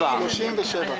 392